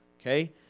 Okay